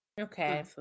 okay